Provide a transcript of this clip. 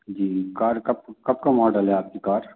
जी car कब कब का मॉडेल है आपकी कार